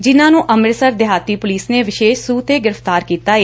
ਜਿੰਨੂਾਂ ਨੂੰ ਅੰਮ਼ਿਤਸਰ ਦਿਹਾਤੀ ਪੁਲਿਸ ਨੇ ਵਿਸ਼ੇਸ਼ ਸੂਹ ਤੇ ਗ੍ਰਿਫ਼ਤਾਰ ਕੀਤਾ ਏ